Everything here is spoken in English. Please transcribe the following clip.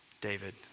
David